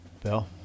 Bill